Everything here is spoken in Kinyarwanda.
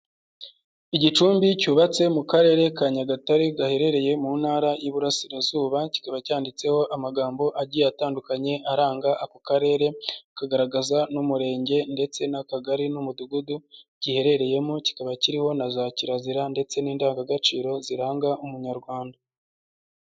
Igicumbi cyubatse mu Karere ka Nyagatare gaherereye mu Ntara y'Iburasirazuba kikaba cyanditseho amagambo agiye atandukanye aranga ako Karere, kikagaragaza n'Umurenge ndetse n'Akagari n'Umudugudu giherereyemo, kikaba kiriho na za kirazira ndetse n'indangagaciro ziranga Umunyarwanda.